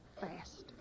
fast